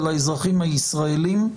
על האזרחים הישראלים,